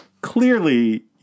clearly